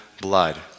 blood